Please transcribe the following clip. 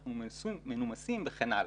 אנחנו מנומסים וכן הלאה.